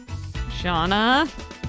shauna